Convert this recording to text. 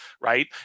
right